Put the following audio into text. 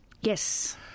Yes